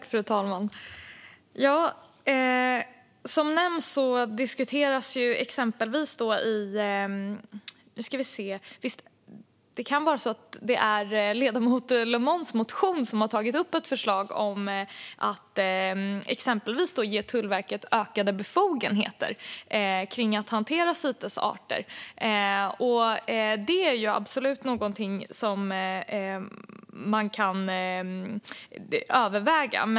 Fru talman! Det kan vara så att det är ledamoten Le Moine som i en motion tagit upp ett förslag om att exempelvis ge Tullverket ökade befogenheter i hanteringen av Citesarter. Det är absolut någonting man kan överväga.